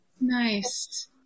Nice